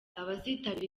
abazitabira